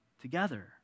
Together